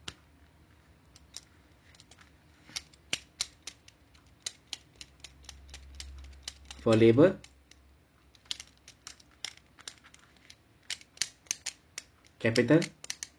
for labour capital